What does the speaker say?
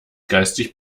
geistig